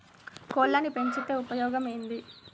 కోళ్లని పెంచితే ఉపయోగం ఏంది?